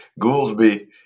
Gouldsby